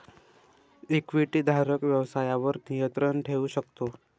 इक्विटीधारक व्यवसायावर नियंत्रण ठेवू शकतो